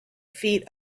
feet